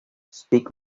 speak